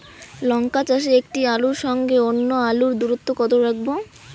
লঙ্কা চাষে একটি আলুর সঙ্গে অন্য আলুর দূরত্ব কত রাখবো?